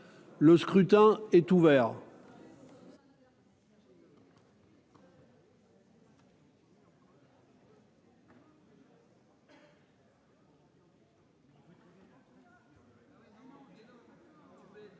le scrutin est ouvert.